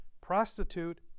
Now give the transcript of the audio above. prostitute